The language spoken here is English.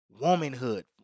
womanhood